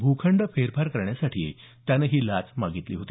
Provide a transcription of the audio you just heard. भूखंड फेरफार करण्यासाठी त्यानं ही लाच मागितली होती